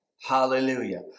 Hallelujah